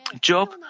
Job